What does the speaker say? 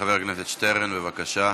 חבר הכנסת שטרן, בבקשה,